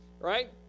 right